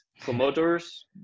promoters